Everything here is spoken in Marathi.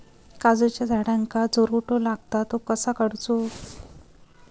काजूच्या झाडांका जो रोटो लागता तो कसो काडुचो?